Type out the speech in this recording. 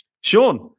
Sean